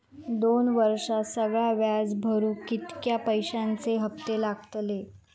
दोन वर्षात सगळा व्याज भरुक कितक्या पैश्यांचे हप्ते लागतले?